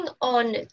on